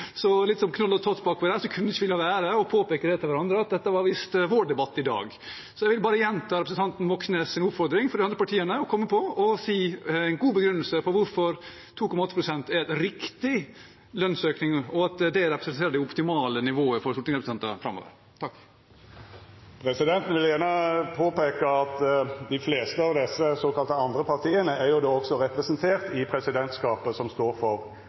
Så litt som Knoll og Tott bak der kunne vi ikke la være å påpeke for hverandre at det var visst vår debatt i dag. Så jeg vil bare gjenta representanten Moxnes’ oppfordring til de andre partiene om å komme på og gi en god begrunnelse for at 2,8 pst. er en riktig lønnsøkning, og hvorfor det representerer det optimale nivået for stortingsrepresentanter framover. Presidenten vil påpeika at dei fleste av desse såkalla andre partia også er representerte i presidentskapet, som står for